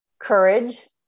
courage